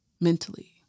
mentally